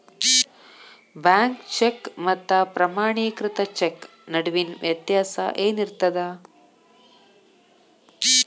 Bank cheque ಮತ್ತ ಪ್ರಮಾಣೇಕೃತ cheque ನಡುವಿನ್ ವ್ಯತ್ಯಾಸ ಏನಿರ್ತದ?